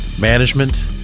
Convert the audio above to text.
management